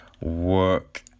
work